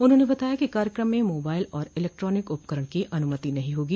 उन्होंने बताया कि कार्यकम में मोबाइल और इलेक्ट्रानिक उपकरण की अनुमति नहीं होगी